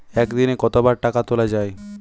একদিনে কতবার টাকা তোলা য়ায়?